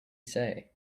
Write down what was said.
say